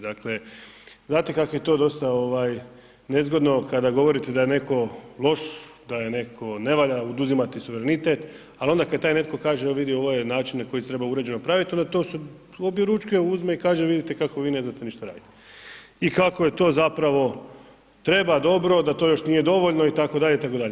Dakle, znate kako je to dosta ovaj nezgodno kada govorite da je netko loš, da je neko ne valja, oduzimati suverenitet, al onda kad taj netko kaže evo vidi ovo je način na koji treba uređeno pravit onda to se objeručke uzme i kaže vidite kako vi ne znate ništa radit i kako je to zapravo treba, dobro da to još nije dovoljno itd., itd.